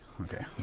Okay